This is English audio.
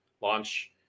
launch